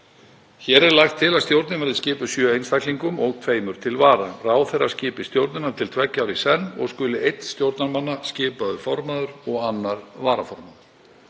Hér er lagt til að stjórnin verði skipuð sjö einstaklingum og tveimur til vara. Ráðherra skipi stjórnina til tveggja ára í senn og skuli einn stjórnarmanna skipaður formaður og annar varaformaður.